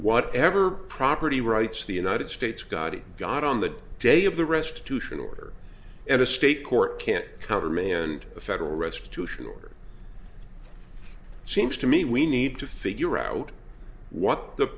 whatever property rights the united states got it got on the day of the rest to sion order and a state court can't countermand a federal restitution order seems to me we need to figure out what the